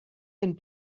and